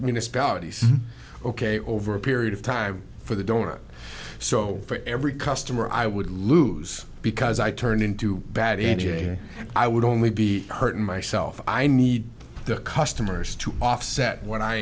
municipalities ok over a period of time for the donor so for every customer i would lose because i turn into bad n j i would only be hurting myself i need the customers to offset what i